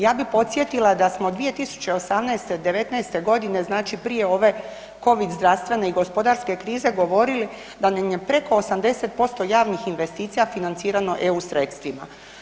Ja bih podsjetila da smo 2018., '19.-te godine znači prije ove Covid zdravstvene i gospodarske krize govorili da nam je preko 80% javnih investicija financirano EU sredstvima.